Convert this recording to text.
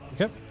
Okay